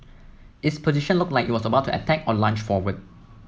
its position looked like it was about to attack or lunge forward